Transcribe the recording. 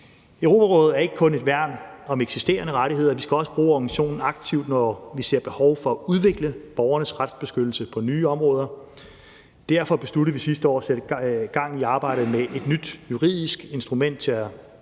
Europarådet er ikke kun et værn om eksisterende rettigheder, vi skal også bruge organisationen aktivt, når vi ser behov for at udvikle borgernes retsbeskyttelse på nye områder. Derfor besluttede vi sidste år at sætte gang i arbejdet med et nyt juridisk instrument til anvendelse